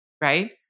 right